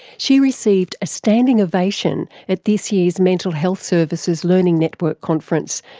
she received a standing ovation at this year's mental health services learning network conference,